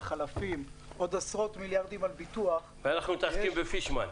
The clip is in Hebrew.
חלפים ועוד עשרות מיליארדים על ביטוח --- ואנחנו מתעסקים בפישמן.